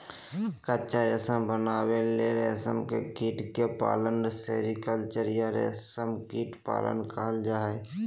कच्चा रेशम बनावे ले रेशम के कीट के पालन सेरीकल्चर या रेशम कीट पालन कहल जा हई